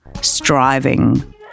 striving